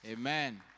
Amen